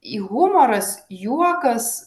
į humoras juokas